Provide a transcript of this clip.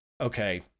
Okay